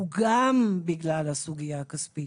הוא גם בגלל הסוגיה הכספית.